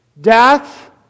death